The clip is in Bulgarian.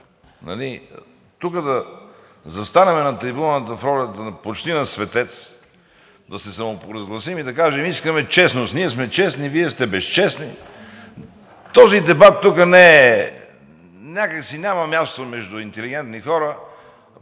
Тук да застанем на трибуната в ролята почти на светец, да се самопровъзгласим и да кажем, че искаме честност – ние сме честни, Вие сте безчестни, този дебат тук някак си няма място между интелигентни хора.